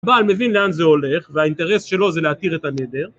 הבעל מבין לאן זה הולך, והאינטרס שלו זה להתיר את הנדר.